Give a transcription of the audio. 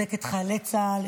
נחזק את חיילי צה"ל,